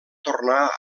tornar